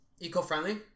eco-friendly